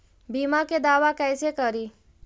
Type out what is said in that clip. बीमा के दावा कैसे करी?